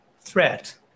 threat